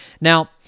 Now